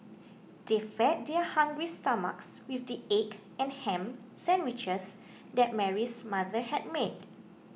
they fed their hungry stomachs with the egg and ham sandwiches that Mary's mother had made